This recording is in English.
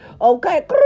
okay